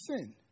sin